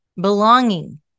belonging